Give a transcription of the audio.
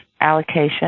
allocation